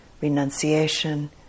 renunciation